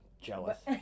jealous